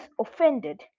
offended